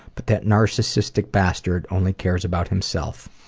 but that narcissistic bastard only cares about himself.